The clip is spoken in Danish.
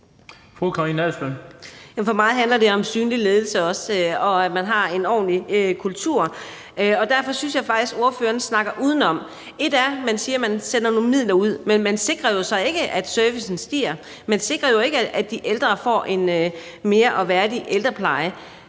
For mig handler det også om synlig ledelse og om, at man har en ordentlig kultur, og derfor synes jeg faktisk, ordføreren snakker udenom. Et er, at man siger, at man sender nogle midler ud, noget andet er, at man så ikke sikrer, at servicen så stiger; man sikrer jo ikke, at de ældre får en mere værdig ældrepleje.